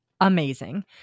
amazing